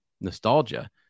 nostalgia